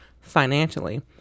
financially